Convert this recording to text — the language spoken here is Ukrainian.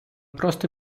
просто